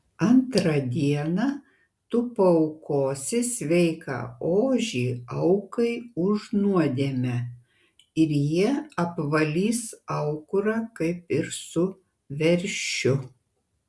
antrą dieną tu paaukosi sveiką ožį aukai už nuodėmę ir jie apvalys aukurą kaip ir su veršiu